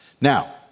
Now